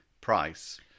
price